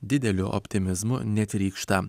dideliu optimizmu netrykšta